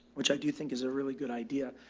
which i do think is a really good idea.